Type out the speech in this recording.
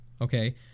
okay